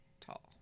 tall